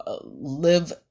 live